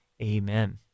Amen